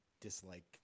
dislike